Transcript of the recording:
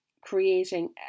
creating